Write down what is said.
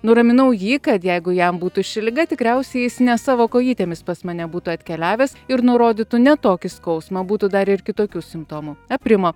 nuraminau jį kad jeigu jam būtų ši liga tikriausiai jis ne savo kojytėmis pas mane būtų atkeliavęs ir nurodytų ne tokį skausmą būtų dar ir kitokių simptomų aprimo